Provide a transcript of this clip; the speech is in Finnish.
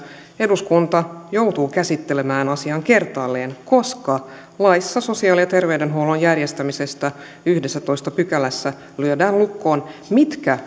eduskunta joutuu käsittelemään asian kertaalleen koska laissa sosiaali ja terveydenhuollon järjestämisestä yhdennessätoista pykälässä lyödään lukkoon mitkä